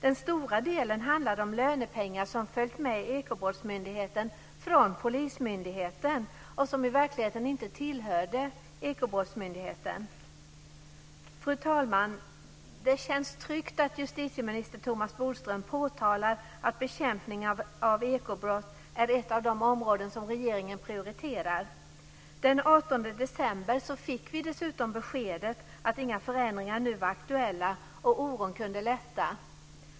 Den stora delen handlade om lönepengar som följt med Ekobrottsmyndigheten från polismyndigheten, och som i verkligheten inte tillhörde Ekobrottsmyndigheten. Fru talman! Det känns tryggt att justitieminister Thomas Bodström påtalar att bekämpningen av ekobrott är ett av de områden som regeringen prioriterar. Den 18 december fick vi dessutom beskedet att inga förändringar nu var aktuella. Oron kunde lätta.